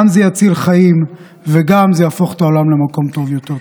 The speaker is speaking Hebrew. זה גם יציל חיים וזה גם יהפוך את העולם למקום טוב יותר.